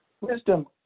Wisdom